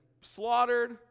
slaughtered